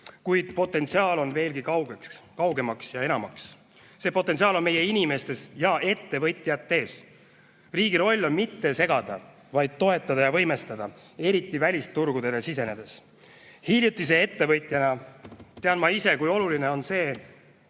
kuid potentsiaal on veelgi kaugemaks ja enamaks. See potentsiaal on meie inimestes ja ettevõtjates. Riigi roll on mitte segada, vaid toetada ja võimestada, eriti välisturgudele sisenejaid. Hiljutise ettevõtjana tean ma ise, kui oluline on see,